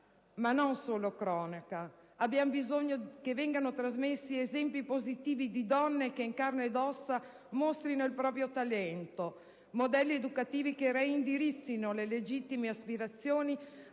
Ma non solo cronaca: abbiamo bisogno che vengano trasmessi esempi positivi di donne che in carne ed ossa mostrino il proprio talento, modelli educativi che reindirizzino le legittime aspirazioni